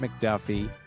McDuffie